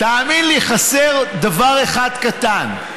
תאמין לי, חסר דבר אחד קטן.